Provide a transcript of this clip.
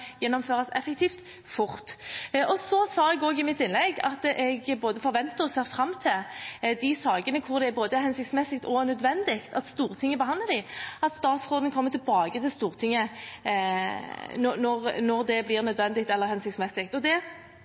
gjennomføres effektivt og fort. Jeg sa også i mitt innlegg at jeg både forventer og ser fram til de sakene som det er både hensiktsmessig og nødvendig at Stortinget behandler – at statsråden kommer tilbake til Stortinget når det blir nødvendig eller hensiktsmessig.